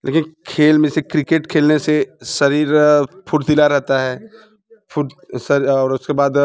लेकिन खेल में से क्रिकेट खेलने से शरीर फुर्तीला रहता है और उसके बाद